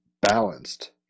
balanced